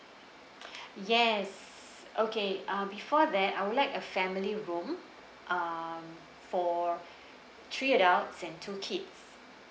yes okay uh before that I would like a family room um for three adults and two kids